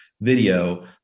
video